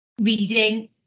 Reading